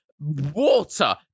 water